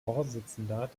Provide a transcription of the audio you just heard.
vorsitzender